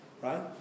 right